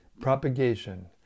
propagation